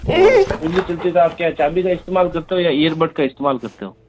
और खुजली चलती है तो आप क्या चाभी का इस्तेमाल करते हो या ईयरबड का इस्तेमाल करते हो